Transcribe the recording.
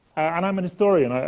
and i'm a historian,